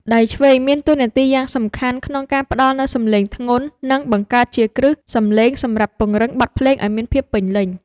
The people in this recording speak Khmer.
ដៃឆ្វេងមានតួនាទីយ៉ាងសំខាន់ក្នុងការផ្ដល់នូវសម្លេងធ្ងន់ និងបង្កើតជាគ្រឹះសម្លេងសម្រាប់ពង្រឹងបទភ្លេងឱ្យមានភាពពេញលេញ។